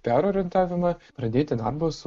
perorientavimą pradėti darbus